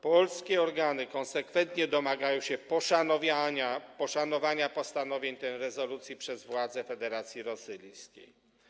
Polskie organy konsekwentnie domagają się poszanowania postanowień tej rezolucji przez władze Federacji Rosyjskiej.